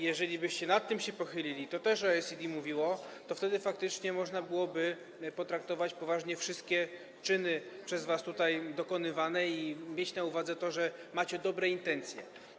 Jeżelibyście nad tym się pochylili - to też OECD mówiło - to wtedy faktycznie można byłoby potraktować poważnie wszystkie czyny przez was tutaj dokonywane i mieć na uwadze to, że macie dobre intencje.